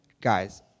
guys